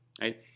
right